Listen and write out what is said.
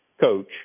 coach